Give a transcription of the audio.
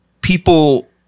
people